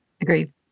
Agreed